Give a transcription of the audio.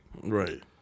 Right